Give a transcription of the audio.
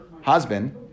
husband